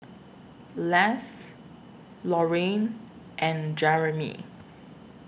Les Lorraine and Jeramy